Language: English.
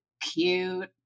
Cute